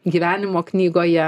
gyvenimo knygoje